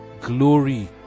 glory